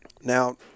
Now